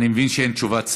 אני מבין שאין תשובת שר.